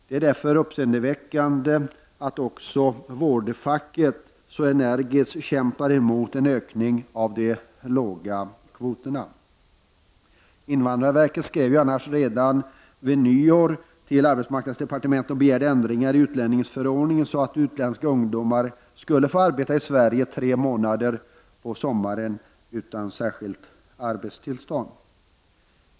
Det är därför uppseendeväckande att också vårdfacket så energiskt kämpar emot en ökning av de låga kvoterna. Invandrarverket skrev annars redan vid nyår till arbetsmarknadsdepartementet och begärde ändringar i utlänningsförordningen så att utländska ungdomar skulle få arbeta i Sverige tre månader på sommaren utan särskilt arbetstillstånd.